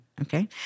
okay